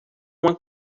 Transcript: uma